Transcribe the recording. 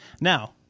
Now